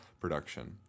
production